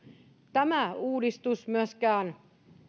tämä uudistus myöskään